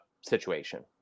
situation